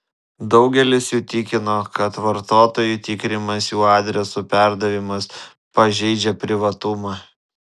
daugelis jų tikino kad vartotojų tikrinimas jų adresų perdavimas pažeidžia privatumą